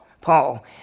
Paul